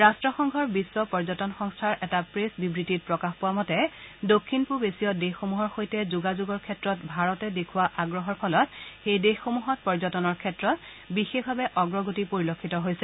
ৰাট্টসংঘৰ বিধ্ব পৰ্যটন সংস্থাৰ এটা প্ৰেছ বিবৃতিত প্ৰকাশ পোৱা মতে দক্ষিণ পূব এছিয় দেশসমূহৰ সৈতে যোগাযোগৰ ক্ষেত্ৰত ভাৰতে দেখুওৱা আগ্ৰহৰ ফলত এই দেশসমূহত পৰ্যটনৰ ক্ষেত্ৰত বিশেষ ভাৱে অগ্ৰগতি পৰিলক্ষিত হৈছে